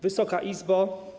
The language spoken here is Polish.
Wysoka Izbo!